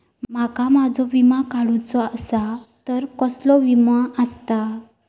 माका माझो विमा काडुचो असा तर कसलो विमा आस्ता?